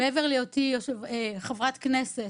מעבר להיותי חברת כנסת,